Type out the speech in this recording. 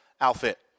outfit